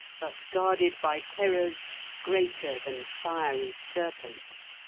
but guarded by terrors greater than fiery serpents.